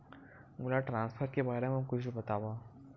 मोला ट्रान्सफर के बारे मा कुछु बतावव?